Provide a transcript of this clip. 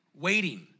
waiting